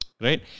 Right